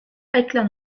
highland